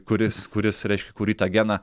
kuris kuris reiškia kurį tą geną